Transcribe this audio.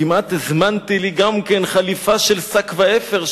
כמעט הזמנתי לי חליפה של שק ואפר,